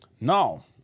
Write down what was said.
Now